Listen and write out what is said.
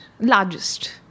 largest